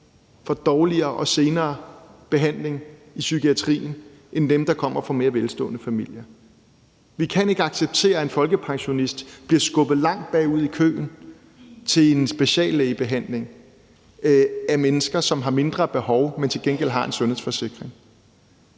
får dårligere og senere behandling i psykiatrien end dem, der kommer fra mere velstående familier. Vi kan ikke acceptere, at en folkepensionist bliver skubbet langt bagud i køen til en speciallægebehandling af mennesker, som har mindre behov, men som til gengæld har en sundhedsforsikring,